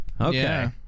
Okay